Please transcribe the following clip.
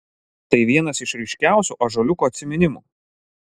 tai vienas iš ryškiausių ąžuoliuko atsiminimų